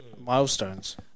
milestones